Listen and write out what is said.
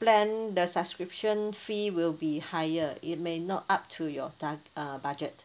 plan the subscription fee will be higher it may not up to your tar~ uh budget